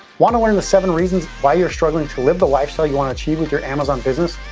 wanna learn the seven reasons why you're struggling to live the lifestyle you wanna achieve with your amazon business?